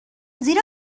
زیرا